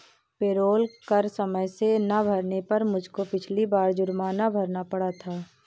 payroll कर समय से ना भरने पर मुझको पिछली बार जुर्माना भरना पड़ा था